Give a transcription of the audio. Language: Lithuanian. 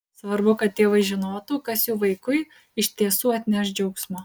svarbu kad tėvai žinotų kas jų vaikui iš tiesų atneš džiaugsmo